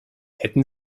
hätten